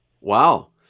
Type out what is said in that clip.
wow